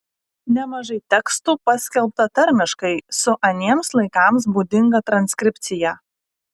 nemažai tekstų paskelbta tarmiškai su aniems laikams būdinga transkripcija